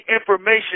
information